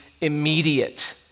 immediate